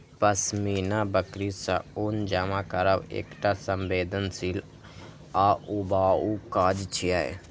पश्मीना बकरी सं ऊन जमा करब एकटा संवेदनशील आ ऊबाऊ काज छियै